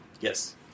Yes